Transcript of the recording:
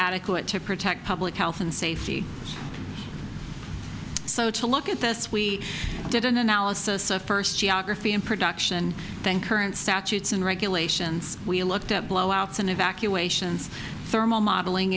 adequate to protect public health and safety so to look at this we did an analysis of first geography in production thank her and statutes and regulations we looked at blowouts and evacuations thermal modeling